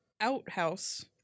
outhouse